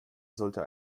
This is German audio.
sollte